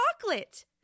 chocolate